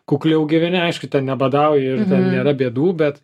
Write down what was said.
kukliau gyveni aišku ten nebadauji ir ten nėra bėdų bet